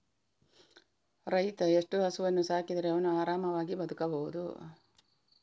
ರೈತ ಎಷ್ಟು ಹಸುವನ್ನು ಸಾಕಿದರೆ ಅವನು ಆರಾಮವಾಗಿ ಬದುಕಬಹುದು?